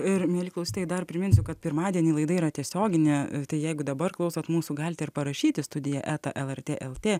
ir mieli klausytojai dar priminsiu kad pirmadienį laida yra tiesioginė tai jeigu dabar klausot mūsų galite ir parašyt į studija eta lrt lt